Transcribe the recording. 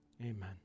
Amen